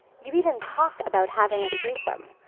you even talk about having a threesome.